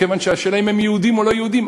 בגלל השאלה אם הם יהודים או לא יהודים,